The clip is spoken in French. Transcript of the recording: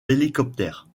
hélicoptère